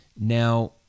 Now